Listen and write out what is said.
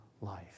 life